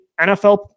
NFL